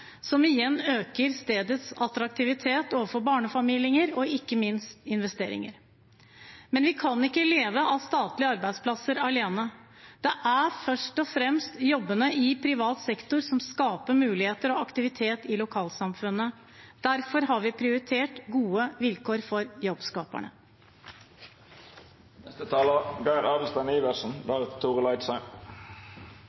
som igjen øker stedets attraktivitet overfor barnefamilier og ikke minst for investeringer. Men vi kan ikke leve av statlige arbeidsplasser alene. Det er først og fremst jobbene i privat sektor som skaper muligheter og aktivitet i lokalsamfunnet. Derfor har vi prioritert gode vilkår for